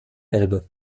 elbe